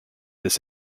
this